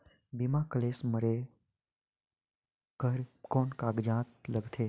बीमा क्लेम करे बर कौन कागजात लगथे?